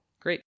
great